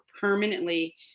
permanently